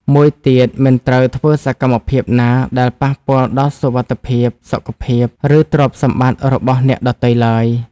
មួយទៀតមិនត្រូវធ្វើសកម្មភាពណាដែលប៉ះពាល់ដល់សុវត្ថិភាព សុខភាព ឬទ្រព្យសម្បត្តិរបស់អ្នកដទៃឡើយ។